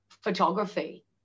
photography